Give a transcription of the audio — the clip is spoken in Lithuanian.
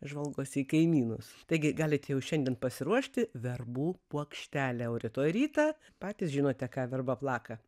žvalgosi į kaimynus taigi galit jau šiandien pasiruošti verbų puokštelę o rytoj rytą patys žinote ką verba plaka